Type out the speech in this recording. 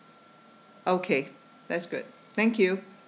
okay that's good thank you